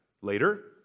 later